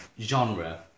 genre